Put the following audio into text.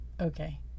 okay